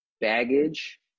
baggage